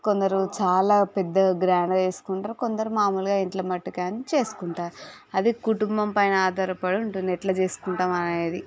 కొందరు చాలా పెద్ద గ్రాండ్గా చేసుకుంటారు కొందరు మామూలుగా ఇంట్లో మట్టుకే చేసుకుంటారు అది కుటుంబం పైన ఆధారపడి ఉంటుంది ఎట్లా చేసుకుంటాం అనేది